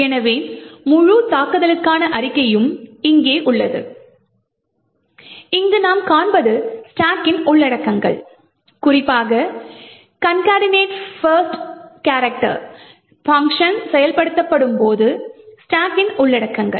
எனவே முழு தாக்குதலுக்கான அறிக்கையும் இங்கே உள்ளது இங்கு நாம் காண்பது ஸ்டாக்கின் உள்ளடக்கங்கள் குறிப்பாக concatenate first chars பங்க்ஷன் செயல்படுத்தப்படும் போது ஸ்டாக்கின் உள்ளடக்கங்கள்